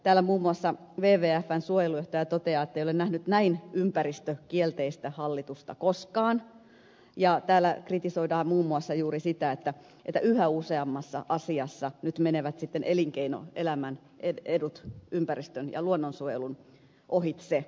täällä muun muassa wwfn suojelujohtaja toteaa ettei ole nähnyt näin ympäristökielteistä hallitusta koskaan ja täällä kritisoidaan muun muassa juuri sitä että yhä useammassa asiassa nyt menevät elinkeinoelämän edut ympäristön ja luonnonsuojelun ohitse